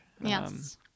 Yes